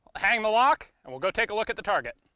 hang the lock, and we'll go take a look at the target.